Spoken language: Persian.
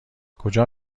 کجا